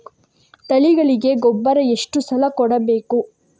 ತಳಿಗಳಿಗೆ ಗೊಬ್ಬರ ಎಷ್ಟು ಸಲ ಕೊಡಬೇಕು?